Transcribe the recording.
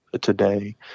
today